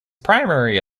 primary